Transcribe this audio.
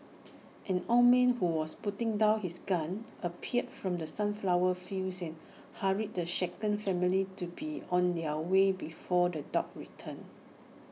an old man who was putting down his gun appeared from the sunflower fields and hurried the shaken family to be on their way before the dogs return